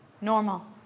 normal